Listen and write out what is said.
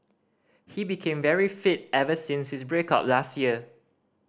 he became very fit ever since his break up last year